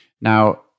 Now